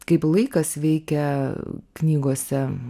kaip laikas veikia knygose